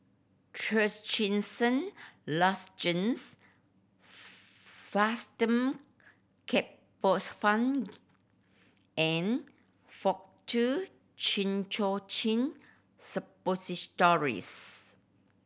Trachisan Lozenges Fastum Ketoprofen and Faktu Cinchocaine Suppositories